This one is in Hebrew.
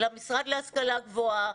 למשרד להשכלה גבוהה,